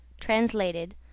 Translated